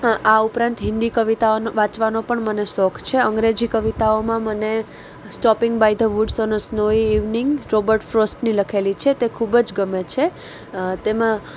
આ ઉપરાંત હિન્દી કવિતાઓનો વાંચવાનો પણ મને શોખ છે અંગ્રેજી કવિતાઓમાં મને stopping by the woods on a snowy evening Robert ફ્રોસ્ટની લખેલી છે તે ખૂબ જ ગમે છે તેમાં